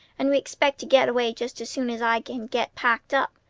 and we expect to get away just as soon as i can get packed up.